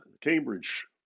Cambridge